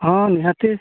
ᱦᱮᱸ ᱱᱤᱦᱟᱹᱛᱤ